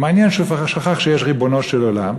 מעניין שהוא כבר שכח שיש ריבונו של עולם,